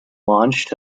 launched